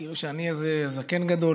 כאילו שאני איזה זקן גדול,